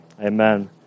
Amen